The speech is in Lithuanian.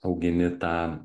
augini tą